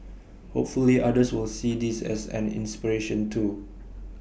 hopefully others will see this as an inspiration too